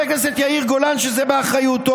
בעיקר בענף הבנייה, מיידית לשנות את הפיגומים.